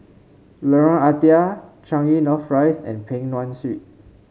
Lorong Ah Thia Changi North Rise and Peng Nguan Street